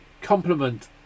compliment